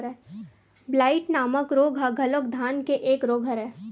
blight नामक रोग ह घलोक धान के एक रोग हरय